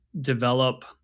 develop